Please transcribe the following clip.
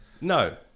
No